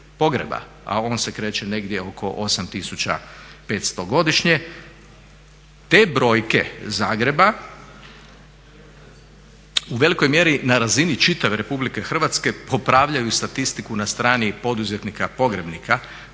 a on se kreće negdje oko 8500 godišnje te brojke Zagreba u velikoj mjeri na razini čitave RH popravljaju statistiku na strani poduzetnika pogrebnika